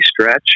stretch